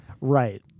Right